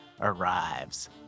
arrives